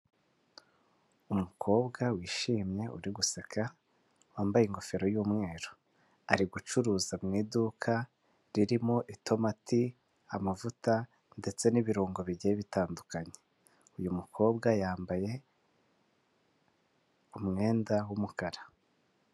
Umukobwa wishimye uri guseka wambaye ingofero y'umweru. Ari gucuruza mu iduka ririmo itomati, amavuta ndetse n'ibirungo bigiye bitandukanye, uyu mukobwa yambaye umwenda w'umukara.